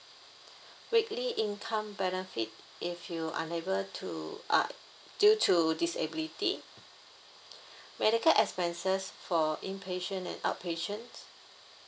weekly income benefit if you unable to uh due to disability medical expenses for inpatient and outpatient